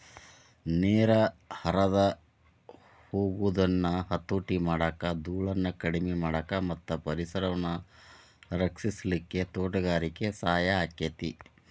ನೇರ ಹರದ ಹೊಗುದನ್ನ ಹತೋಟಿ ಮಾಡಾಕ, ದೂಳನ್ನ ಕಡಿಮಿ ಮಾಡಾಕ ಮತ್ತ ಪರಿಸರವನ್ನ ರಕ್ಷಿಸಲಿಕ್ಕೆ ತೋಟಗಾರಿಕೆ ಸಹಾಯ ಆಕ್ಕೆತಿ